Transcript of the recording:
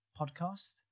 Podcast